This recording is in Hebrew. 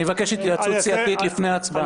אני מבקש התייעצות סיעתית לפני ההצבעה.